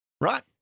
Right